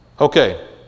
okay